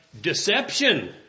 deception